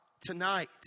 tonight